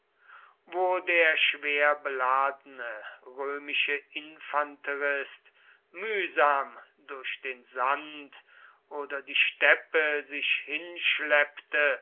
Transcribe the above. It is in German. wo der schwerbeladene römische infanterist mühsam durch den sand oder die steppe sich hinschleppte